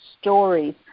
stories